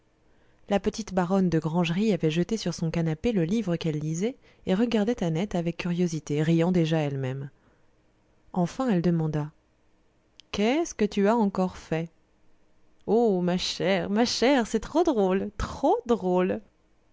la petite baronne de grangerie avait jeté sur son canapé le livre qu'elle lisait et elle regardait annette avec curiosité riant déjà elle-même enfin elle demanda qu'est-ce que tu as encore fait oh ma chère ma chère c'est trop drôle trop drôle